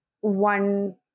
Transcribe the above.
one